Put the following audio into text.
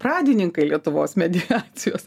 pradininkai lietuvos mediacijos